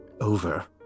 Over